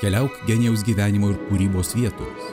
keliauk genijaus gyvenimo ir kūrybos vietomis